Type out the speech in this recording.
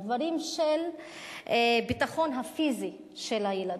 הדברים של הביטחון הפיזי של הילדים.